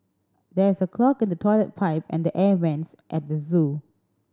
there is a clog in the toilet pipe and air vents at the zoo